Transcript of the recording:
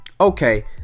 okay